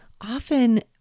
often